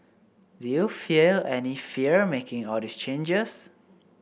did you feel any fear making all these changes